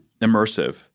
immersive